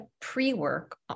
pre-work